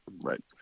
right